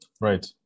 Right